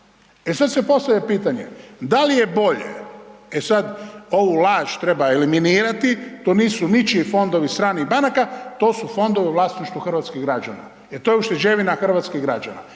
E sad se postavlja pitanje, da li je bolje, e sad, ovu laž treba eliminirati, to nisu ničiji fondovi stranih banaka, to su fondovi u vlasništvu hrvatskih građana jer to je ušteđevina hrvatskih građana.